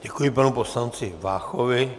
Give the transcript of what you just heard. Děkuji panu poslanci Váchovi.